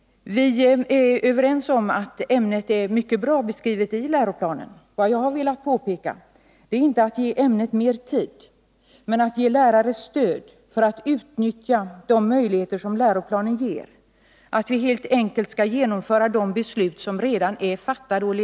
Vi är överens om att ämnet är mycket bra beskrivet i läroplanen. Vad jag velat framhålla är inte att ämnet ges mer tid utan att lärarna ges stöd för att utnyttja de möjligheter som läroplanen ger, att vi helt enkelt genomför och lever upp till de beslut som redan är fattade.